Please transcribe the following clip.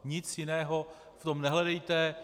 Nic jiného v tom nehledejte.